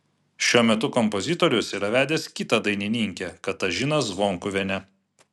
šiuo metu kompozitorius yra vedęs kitą dainininkę katažiną zvonkuvienę